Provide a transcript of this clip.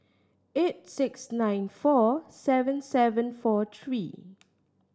eight six nine four seven seven four three